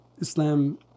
Islam